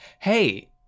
Hey